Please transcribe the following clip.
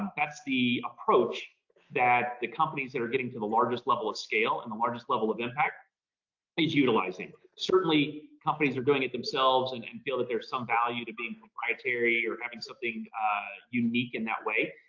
that's the approach that the companies that are getting to the largest level of scale and the largest level of impact is utilizing, certainly companies are doing it themselves and and feel that there's some value to being proprietary or having something unique in that way.